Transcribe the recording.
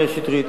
מאיר שטרית,